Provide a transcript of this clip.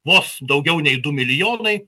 vos daugiau nei du milijonai